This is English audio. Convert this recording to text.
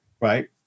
Right